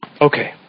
Okay